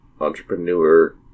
entrepreneur